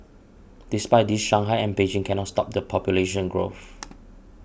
despite this Shanghai and Beijing cannot stop the population growth